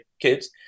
kids